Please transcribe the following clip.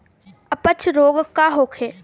अपच रोग का होखे?